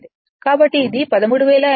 కాబట్టి ఇది 13800 43